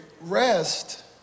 rest